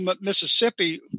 Mississippi